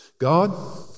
God